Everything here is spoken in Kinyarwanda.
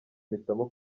mpitamo